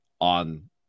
on